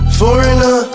foreigner